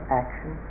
action